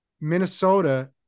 Minnesota